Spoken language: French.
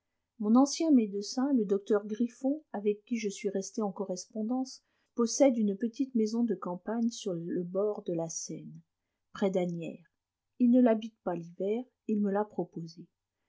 mon ancien médecin le docteur griffon avec qui je suis resté en correspondance possède une petite maison de campagne sur le bord de la seine près d'asnières il ne l'habite pas l'hiver il me l'a proposée